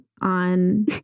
on